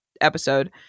episode